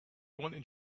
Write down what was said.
wanted